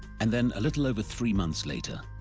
and then, a little over three months later,